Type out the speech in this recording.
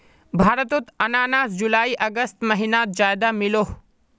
भारतोत अनानास जुलाई अगस्त महिनात ज्यादा मिलोह